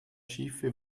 schiffe